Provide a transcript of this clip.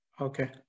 Okay